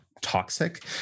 toxic